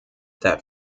that